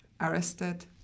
arrested